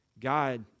God